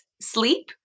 sleep